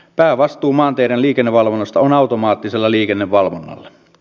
päävastuu maanteiden liikennevalvonnasta on automaattisella liikennevalvonnalla